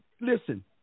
listen